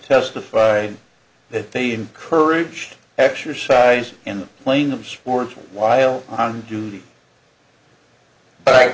testify that they encourage exercise and playing sports while on duty but i